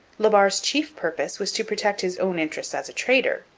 la barre's chief purpose was to protect his own interests as a trader,